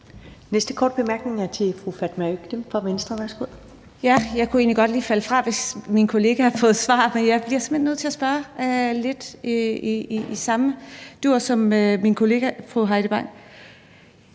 næste korte bemærkning er til fru Fatma Øktem fra Venstre. Værsgo. Kl. 19:02 Fatma Øktem (V): Jeg kunne egentlig have frafaldet, hvis min kollega havde fået et svar, men jeg bliver simpelt hen nødt til at spørge lidt i samme dur som min kollega fru Heidi Bank.